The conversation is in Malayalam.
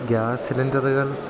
ഗ്യാസ് സിലിണ്ടറുകൾ